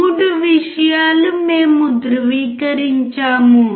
3 విషయాలు మేము ధృవీకరించాము